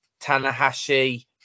Tanahashi